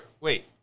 wait